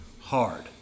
hard